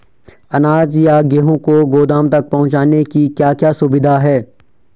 अनाज या गेहूँ को गोदाम तक पहुंचाने की क्या क्या सुविधा है?